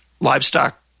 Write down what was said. livestock